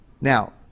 now